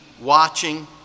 watching